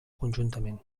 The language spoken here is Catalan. conjuntament